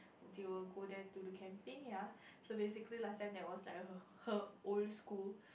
they will go there to do camping ya so basically last time that was like her her old school